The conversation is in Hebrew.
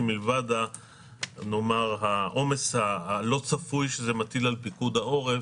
שמלבד העומס הלא צפוי שזה מטיל על פיקוד העורף,